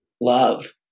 love